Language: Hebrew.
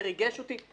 זה ריגש אותי.